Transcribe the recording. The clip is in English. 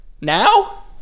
Now